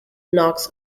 knox